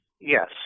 Yes